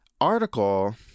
article